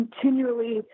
continually